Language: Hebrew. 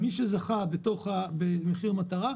מי שזכה במחיר מטרה,